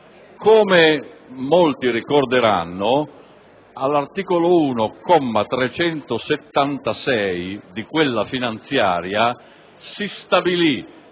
Come molti ricorderanno, all'articolo 1, comma 376, di quella finanziaria, si stabilì